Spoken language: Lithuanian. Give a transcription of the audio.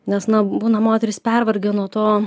nes na būna moterys pervargę nuo to